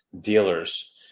dealers